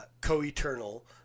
co-eternal